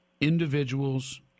individuals